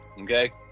Okay